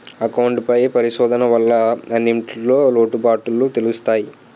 account పై పరిశోధన వల్ల అన్నింటిన్లో లోటుపాటులు తెలుత్తయి